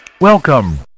Welcome